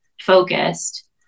focused